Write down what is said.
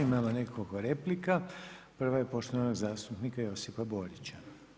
Imamo nekoliko replika, prva je poštovanog zastupnika Josipa Borića.